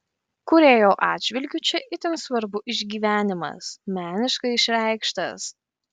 kūrėjo atžvilgiu čia itin svarbu išgyvenimas meniškai išreikštas